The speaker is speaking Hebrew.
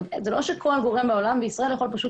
זה לא שכל גורם בעולם ובישראל יכול פשוט